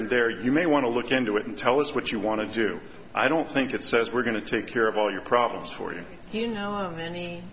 and there you may want to look into it and tell us what you want to do i don't think it says we're going to take care of all your problems for you you know many